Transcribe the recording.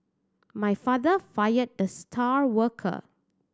my father fired the star worker